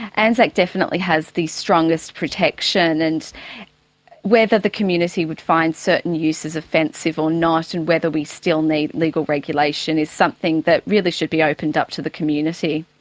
and like definitely has the strongest protection. and whether the community would find certain uses offensive or not and whether we still need legal regulation is something that really should be opened up to the community.